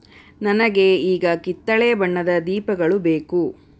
ನನಗೆ ಈಗ ಕಿತ್ತಳೆ ಬಣ್ಣದ ದೀಪಗಳು ಬೇಕು